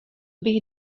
bych